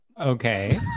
Okay